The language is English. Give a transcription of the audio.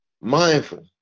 mindful